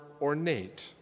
ornate